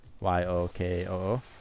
Y-O-K-O-O